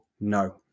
no